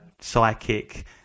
psychic